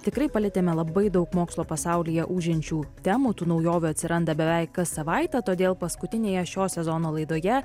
tikrai palietėme labai daug mokslo pasaulyje ūžiančių temų tų naujovių atsiranda beveik kas savaitę todėl paskutinėje šio sezono laidoje